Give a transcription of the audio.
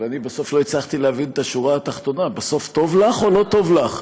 אבל בסוף לא הצלחתי להבין את השורה התחתונה: בסוף טוב או לא טוב לך?